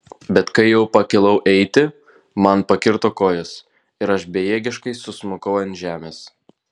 bet kai jau pakilau eiti man pakirto kojas ir aš bejėgiškai susmukau ant žemės